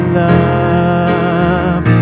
love